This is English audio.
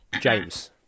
James